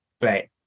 Right